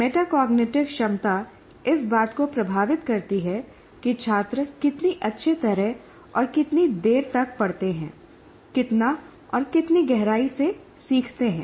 metacognitive क्षमता इस बात को प्रभावित करती है कि छात्र कितनी अच्छी तरह और कितनी देर तक पढ़ते हैं कितना और कितनी गहराई से सीखते हैं